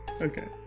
Okay